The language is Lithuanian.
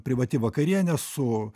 privati vakarienė su